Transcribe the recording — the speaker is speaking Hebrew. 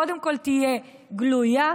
קודם כול תהיה גלויה,